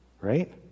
right